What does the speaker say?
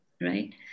right